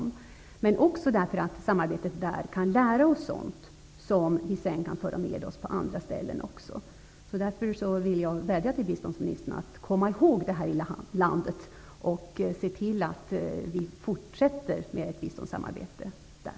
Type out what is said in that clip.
Vi skall också finnas där för att samarbetet kan lära oss sådant som vi sedan kan föra med oss till andra ställen också. Jag vill därför vädja till biståndsministern att komma ihåg detta lilla land och se till att vi fortsätter med biståndssamarbete där.